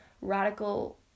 radical